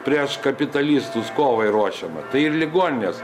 prieš kapitalistus kovai ruošiama tai ir ligoninės